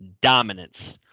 dominance